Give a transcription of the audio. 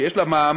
שיש לה מעמד